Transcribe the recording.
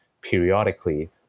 periodically